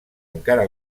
encara